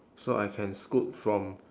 so I can scoot from